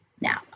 Now